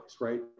right